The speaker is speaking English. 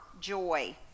joy